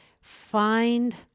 find